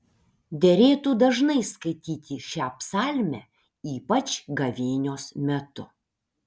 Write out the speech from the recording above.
derėtų dažnai skaityti šią psalmę ypač gavėnios metu